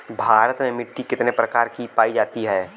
भारत में मिट्टी कितने प्रकार की पाई जाती हैं?